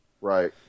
Right